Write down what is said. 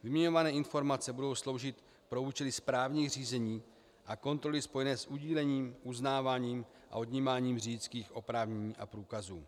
Vyměňované informace budou sloužit pro účely správních řízení a kontroly spojené s udílením, uznáváním a odnímáním řidičských oprávnění a průkazů.